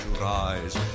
rise